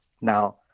Now